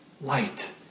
light